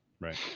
right